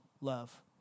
love